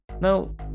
Now